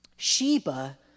Sheba